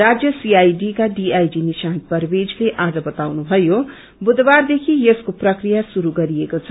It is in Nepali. राज्य सीआईडीका डीआईजी निशान्त परवेजले आज बताउनुभयो बुथबारदेखि यसको प्रक्रिया श्रुरू गरिएको छ